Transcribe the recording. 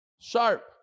sharp